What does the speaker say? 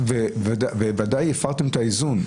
בוודאי הפרתם את האיזון.